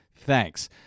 Thanks